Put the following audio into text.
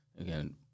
again